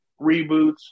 reboots